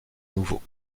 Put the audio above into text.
nouveau